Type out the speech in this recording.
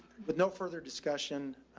but no further discussion.